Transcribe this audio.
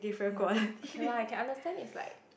ya okay okay lah I can understand is like